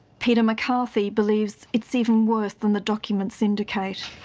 peter mccarthy believes it's even worse than the documents indicate.